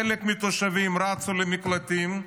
חלק מהתושבים רצו למקלטים.